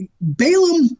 Balaam